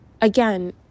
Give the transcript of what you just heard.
Again